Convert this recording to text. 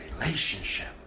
relationship